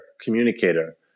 communicator